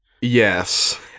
Yes